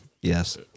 Yes